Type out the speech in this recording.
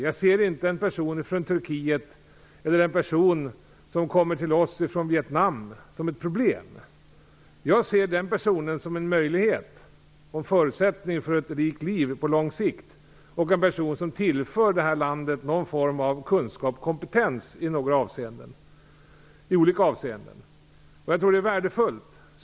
Jag ser inte en person från Turkiet eller en person som kommer till oss från Vietnam som ett problem. Jag ser den personen som en möjlighet och en förutsättning för ett rikt liv på lång sikt och som en person som tillför det här landet någon form av kunskap och kompetens i olika avseenden. Jag tror att det är värdefullt.